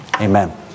amen